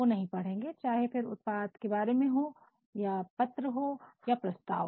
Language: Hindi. वह नहीं पढेंगे चाहे फिर उत्पाद के बारे में हो या पत्र हो या कोई प्रस्ताव